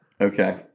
Okay